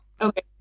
Okay